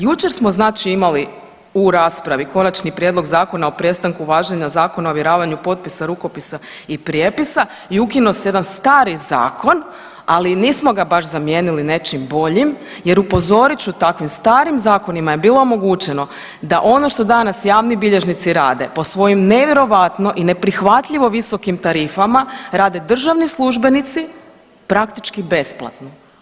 Jučer smo znači imali u raspravi Konačni prijedlog zakona o prestanku važenja Zakona o ovjeravanju potpisa, rukopisa i prijepisa i ukinuo se jedan stari zakon, ali nismo ga baš zamijenili nečim boljim jer upozorit ću, takvih starim zakonima je bilo omogućeno da ono što danas javni bilježnici rade po svojim nevjerojatno i neprihvatljivo visokim tarifama, rade državni službenici praktički besplatno.